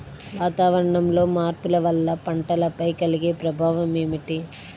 వాతావరణంలో మార్పుల వల్ల పంటలపై కలిగే ప్రభావం ఎటువంటిది?